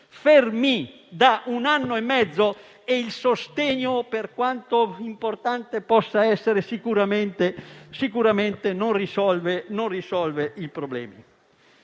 fermi da un anno e mezzo e il sostegno, per quanto importante possa essere, sicuramente non risolve i problemi.